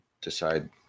decide